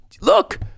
look